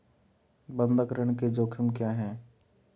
बंधक ऋण के जोखिम क्या हैं?